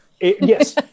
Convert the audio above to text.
Yes